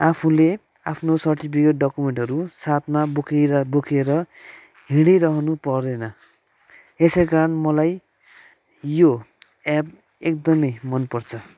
आफूले आफ्नो सर्टिफिकेट डकमेन्टहरू साथमा बोकेर बोकेर हिडिरहनु परेन यसै कारण मलाई यो एप एकदमै मन पर्छ